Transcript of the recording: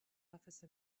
office